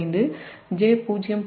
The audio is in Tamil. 25 j0